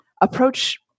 approach